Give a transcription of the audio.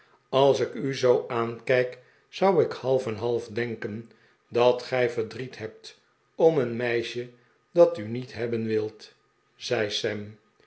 als ik u zoo aankijk zou ik half en half denken dat gij verdriet hebt om een meisje dat u niet hebben wil zei